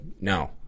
no